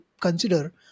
consider